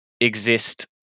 exist